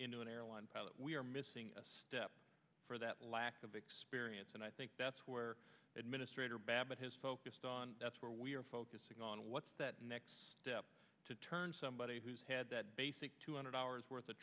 into an airline we're missing a step for that lack of experience and i think that's where administrator babbitt has focused on that's where we're focusing on what's that next step to turn somebody who's had that basic two hundred hours worth of